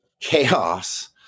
chaos